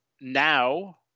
now